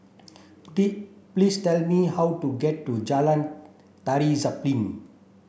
please tell me how to get to Jalan Tari Zapin